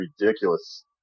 ridiculous